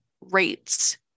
rates